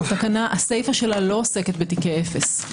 הסעיף לא עוסק בתיקי אפס,